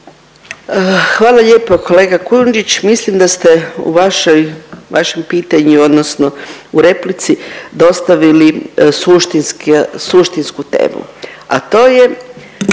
Hvala lijepa. Kolega Kujundžić, mislim da ste u vašoj vašem pitanju odnosno u replici dostavili suštinsku temu, a to je